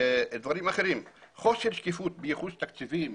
דברים אחרים: חוסר שקיפות בייחוס תקציבים